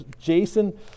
Jason